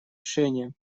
решением